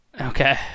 Okay